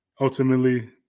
ultimately